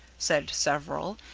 said several,